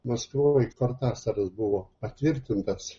maskvoje kortasaras buvo patvirtintas